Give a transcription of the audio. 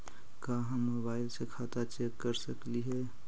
का हम मोबाईल से खाता चेक कर सकली हे?